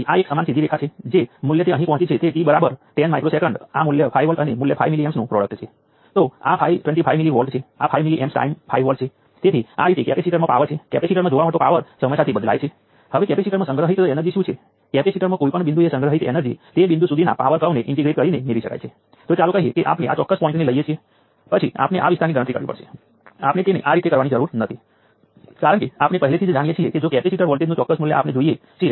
તેથી પ્રથમ current source 5 milliamp current source minus 50 મિલ વોટ્સના પાવરને શોષી રહ્યો છે જે માઈનસ 5 મિલિએમ્પ્સ ગુણ્યા 10 વોલ્ટ છે